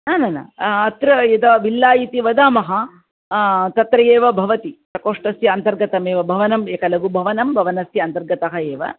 न न न अत्र यदा विल्ला इति वदामः तत्र एव भवति प्रकोष्ठस्य अन्तर्गतमेव भवनम् एकलधुभवनं भवनस्य अन्तर्गतः एव